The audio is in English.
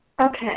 Okay